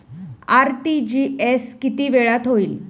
RTGS किती वेळात होईल?